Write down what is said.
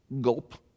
Gulp